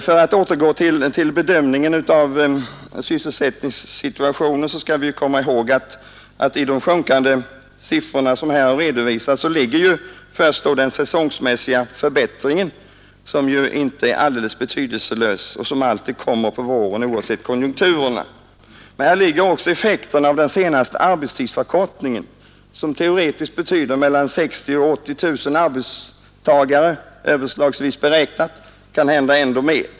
Men låt mig återgå till bedömningen av sysselsättningssituationen. Vi skall komma ihåg att i de sjunkande arbetslöshetssiffror som här redovisats först och främst ligger den säsongmässiga förbättringen, som inte är betydelselös och som alltid kommer på våren oavsett konjunkturerna. Vidare ligger däri också effekten av den senaste arbetstidsförkortningen, som teoretiskt betyder mellan 60 000 och 80 000 arbetstagare, överslagsvis beräknat, eller kanske ännu mer.